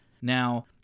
Now